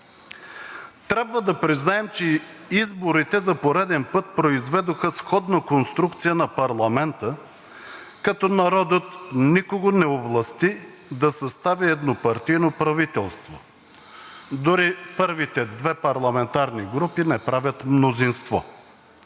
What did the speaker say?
Трябва да признаем, че изборите за пореден път произведоха сходна конструкция на парламента – народът никого не овласти да състави еднопартийно правителство, като дори първите две парламентарни групи не правят мнозинство.